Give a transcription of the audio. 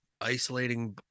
isolating